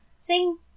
Sing